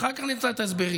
ואחר כך נמצא את ההסברים.